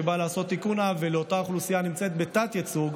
שבאה לעשות תיקון עוול לאותה אוכלוסייה הנמצאת בתת-ייצוג,